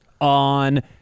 on